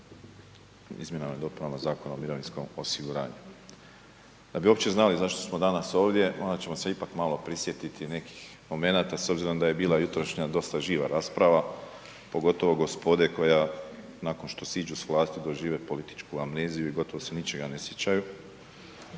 izmjenama i dopunama Zakona o mirovinskom osiguranju. Da bi uopće znali zašto smo danas ovdje, morat ćemo se ipak malo prisjetiti nekih momenata s obzirom da je bila jutrošnja dosta živa rasprava, pogotovo gospode koja nakon što siđu s vlasti dožive političku amneziju i gotovo se ničega ne sjećaju